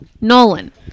Nolan